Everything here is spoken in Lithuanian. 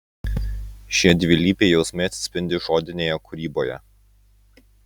šie dvilypiai jausmai atsispindi žodinėje kūryboje